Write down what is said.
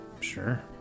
Sure